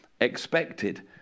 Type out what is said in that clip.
expected